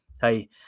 hey